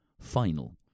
final